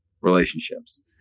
relationships